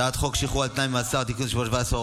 אני קובע שהצעת חוק שחרור על תנאי ממאסר (תיקון מס' 17,